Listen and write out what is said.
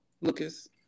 Lucas